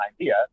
idea